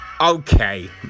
okay